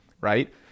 right